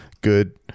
good